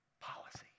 Policy